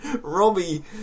Robbie